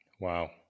Wow